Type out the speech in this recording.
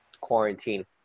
quarantine